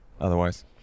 otherwise